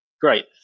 Great